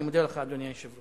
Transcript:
אני מודה לך, אדוני היושב-ראש.